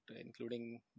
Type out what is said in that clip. including